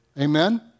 Amen